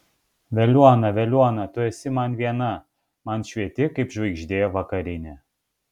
veliuona veliuona tu esi man viena man švieti kaip žvaigždė vakarinė